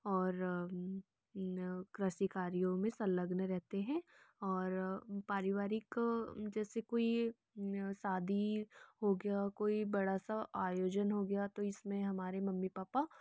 और कृषि कार्यों मे संलग्न रहते है और पारिवारिक जैसी कोई शादी हो गया कोई बड़ा सा आयोजन हो गया तो इसमे हमारे मम्मी पापा